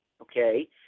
Okay